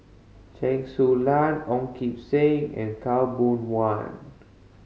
Chen Su Lan Ong Kim Seng and Khaw Boon Wan